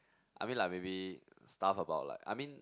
I mean like maybe stuff about like I mean